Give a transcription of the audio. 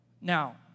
Now